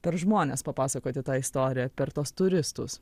per žmones papasakoti tą istoriją per tuos turistus